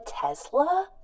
Tesla